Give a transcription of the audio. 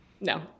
No